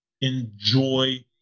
enjoy